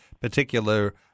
particular